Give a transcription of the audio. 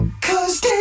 Cause